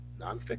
nonfiction